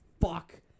fuck